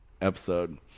episode